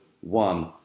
one